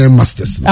master's